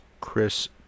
Chris